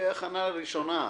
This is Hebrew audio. תחנה ראשונה,